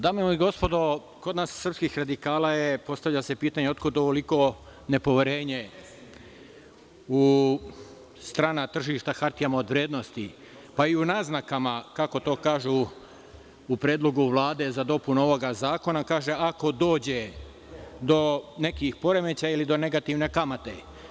Dame i gospodo narodni poslanici, kod nas srpskih radikala postavlja se pitanje - otkud ovoliko nepoverenje u strana tržišta hartijama od vrednosti, pa i u naznakama kako to kažu u predlogu Vlade za dopunu ovog zakona kaže – ako dođe do nekih poremećaja ili negativne kamate?